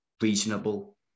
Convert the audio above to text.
reasonable